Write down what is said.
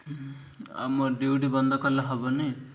ଆଉ ମୋ ଡ୍ୟୁଟି ବନ୍ଦ କଲେ ହେବନି